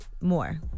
More